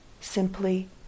simply